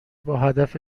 باهدف